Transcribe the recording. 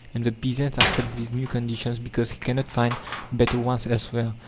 and the peasant accepts these new conditions because he cannot find better ones elsewhere.